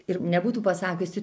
ir nebūtų pasakiusi